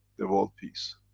the world peace.